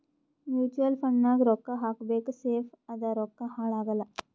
mutual fund ನಾಗ್ ರೊಕ್ಕಾ ಹಾಕಬೇಕ ಸೇಫ್ ಅದ ರೊಕ್ಕಾ ಹಾಳ ಆಗಲ್ಲ